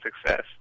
success